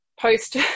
post